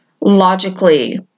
logically